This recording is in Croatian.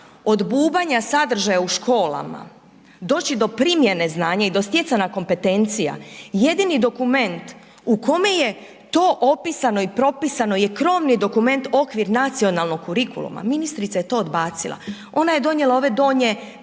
od bubanja sadržaja u školama doći do primjene znanja i do stjecanja kompetencija, jedini dokument u kome je to opisano i propisano je krovni dokument okvir nacionalnog kurikuluma, ministrica je to odbacila. Ona je donijela ove donje